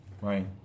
Right